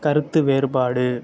கருத்து வேறுபாடு